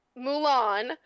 mulan